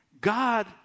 God